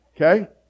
Okay